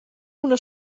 una